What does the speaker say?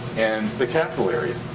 and the capital area.